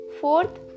Fourth